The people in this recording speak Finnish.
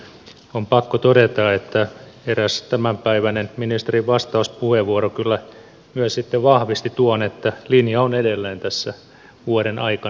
on pakko todeta että eräs tämänpäiväinen ministerin vastauspuheenvuoro kyllä myös sitten vahvisti tuon että linja on edelleen tässä vuoden aikana säilynyt